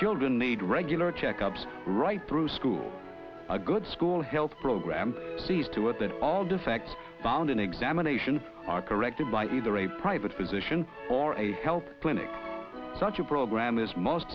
children need regular checkups right through school a good school health program sees to it that all defects found in examination are corrected by either a private physician or a health clinic such a program is most